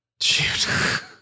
shoot